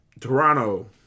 Toronto